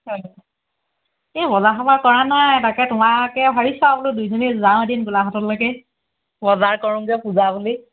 হয় এই বজাৰ সমাৰ কৰা নাই তাকে তোমাকে ভাৱিছোঁ আৰু বোলো দুইজনী যাওঁ এদিন গোলাঘাটলৈকে বজাৰ কৰোঁগৈ পূজা বুলি